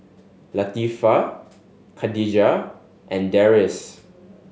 Latifa Khadija and Deris